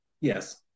Yes